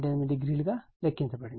80 గా లెక్కించబడినది